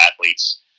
athletes